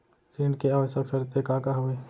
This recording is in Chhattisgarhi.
ऋण के आवश्यक शर्तें का का हवे?